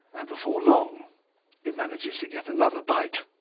and before long it manages to get another bite,